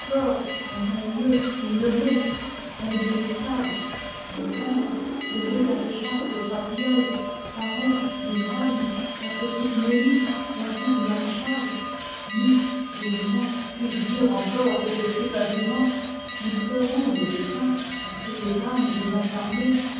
dans un lieu innomé indéfinissable mon père le vieux garde-chasse des trois tilleuls faron l'ivrogne la petite mélie la fille du maréchal nous les vivants puisje dire encore que je suis vivant nous pleurons nos défunts parce que les âmes désincarnées